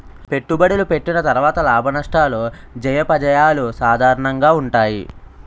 పెట్టుబడులు పెట్టిన తర్వాత లాభనష్టాలు జయాపజయాలు సాధారణంగా ఉంటాయి